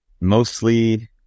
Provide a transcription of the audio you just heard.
mostly